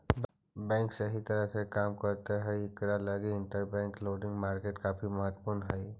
bank सही तरह से काम करैत हई इकरा लगी इंटरबैंक लेंडिंग मार्केट काफी महत्वपूर्ण हई